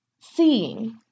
seeing